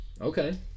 Okay